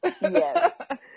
Yes